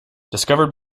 discovered